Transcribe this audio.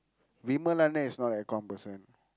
Vimal அண்ணன் is not a aircon person